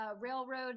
railroad